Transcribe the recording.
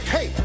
Hey